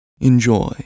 Enjoy